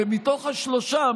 ומתוך השלושה,